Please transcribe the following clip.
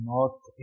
North